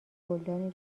گلدانی